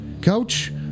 Coach